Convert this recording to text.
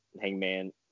Hangman